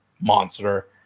monster